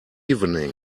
evening